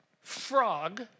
frog